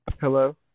hello